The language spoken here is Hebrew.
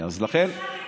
אפשר לקבל תשובות?